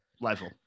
level